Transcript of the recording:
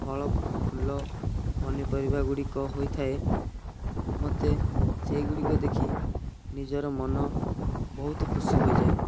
ଫଳ ଫୁଲ ପନିପରିବା ଗୁଡ଼ିକ ହୋଇଥାଏ ମୋତେ ସେହିଗୁଡ଼ିକ ଦେଖି ନିଜର ମନ ବହୁତ ଖୁସି ହୋଇଯାଏ